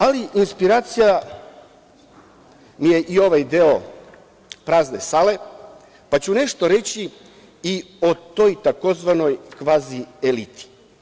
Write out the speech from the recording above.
Ali, inspiracija mi je i ovaj deo prazne sale, pa ću nešto reći i o toj tzv. kvazi eliti.